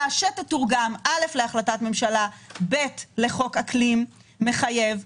שתתורגם להחלטת ממשלה וכן לחוק אקלים מחייב.